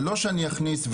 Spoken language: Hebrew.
זה לא שאני אכניס,